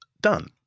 done